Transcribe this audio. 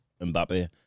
Mbappe